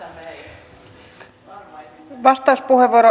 arvoisa puhemies